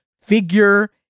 figure